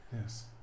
Yes